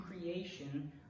creation